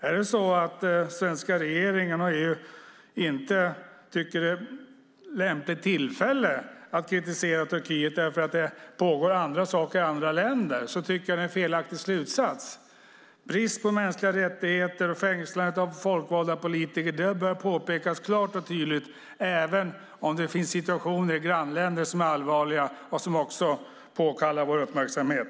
Är det så att den svenska regeringen och EU inte tycker att det är ett lämpligt tillfälle att kritisera Turkiet därför att det pågår andra saker i andra länder tycker jag att det är en felaktig slutsats. Brist på mänskliga rättigheter och fängslandet av folkvalda politiker bör påtalas klart och tydligt även om det finns situationer i grannländer som är allvarliga och som också påkallar vår uppmärksamhet.